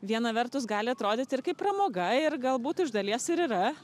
viena vertus gali atrodyti ir kaip pramoga ir galbūt iš dalies ir yra